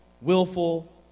willful